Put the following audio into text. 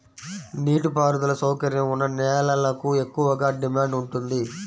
నీటి పారుదల సౌకర్యం ఉన్న నేలలకు ఎక్కువగా డిమాండ్ ఉంటుంది